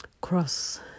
cross